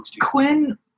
Quinn